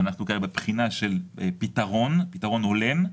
שאנחנו כרגע בבחינה של פתרון הולם,